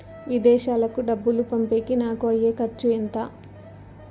విదేశాలకు డబ్బులు పంపేకి నాకు అయ్యే ఖర్చు ఎంత?